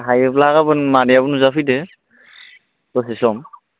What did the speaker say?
हायोब्ला गाबोन मादैयाबो नुजाफैदो दसे सम